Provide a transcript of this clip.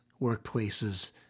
workplaces